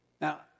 Now